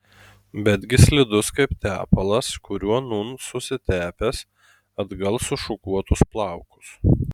betgi slidus kaip tepalas kuriuo nūn susitepęs atgal sušukuotus plaukus